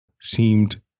seemed